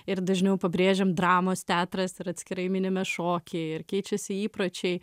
ir dažniau pabrėžiam dramos teatras ir atskirai minime šokį ir keičiasi įpročiai